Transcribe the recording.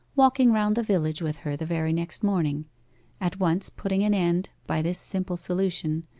walking round the village with her the very next morning at once putting an end, by this simple solution,